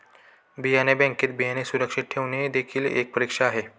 बियाणे बँकेत बियाणे सुरक्षित ठेवणे देखील एक परीक्षा आहे